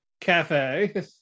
Cafe